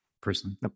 personally